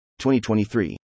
2023